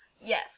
Yes